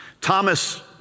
Thomas